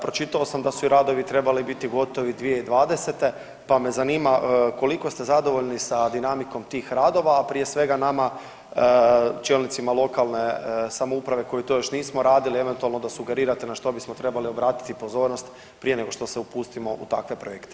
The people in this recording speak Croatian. Pročitao sam da su i radovi trebali biti gotovi 2020. pa me zanima koliko ste zadovoljni sa dinamikom tih radova, a prije svega nama čelnicima lokalne samouprave koji to još nismo radili eventualno da sugerirate na što bismo trebali obratiti pozornost prije nego što se upustimo u takve projekte.